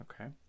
Okay